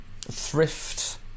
Thrift